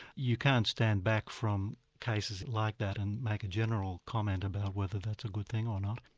you can't stand back from cases like that, and make a general comment about whether that's a good thing or not.